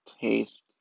taste